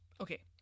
okay